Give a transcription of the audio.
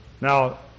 Now